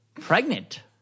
pregnant